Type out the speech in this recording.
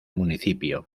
municipio